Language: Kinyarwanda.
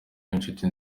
n’inshuti